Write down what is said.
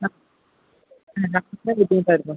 ആ വല്ലാത്ത ബുദ്ധിമുട്ടായിരുന്നു